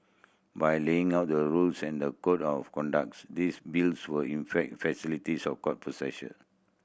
by laying out the rules and the code of conducts this bills will in fact facilitates of court process